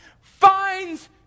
finds